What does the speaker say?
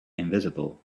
invisible